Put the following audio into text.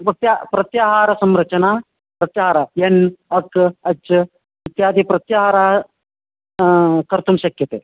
मुख्यं प्रत्याहारसंरचना प्रत्याहारः यन् अक् अच् इत्यादिप्रत्याहाराः कर्तुं शक्यन्ते